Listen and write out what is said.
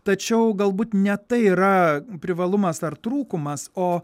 tačiau galbūt ne tai yra privalumas ar trūkumas o